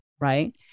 right